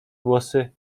głosy